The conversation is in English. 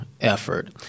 effort